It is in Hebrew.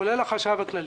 כולל החשב הכללי,